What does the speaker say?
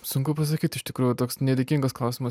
sunku pasakyt iš tikrųjų toks nedėkingas klausimas